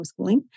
homeschooling